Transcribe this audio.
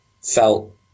felt